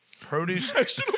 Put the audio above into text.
produce